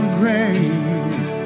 great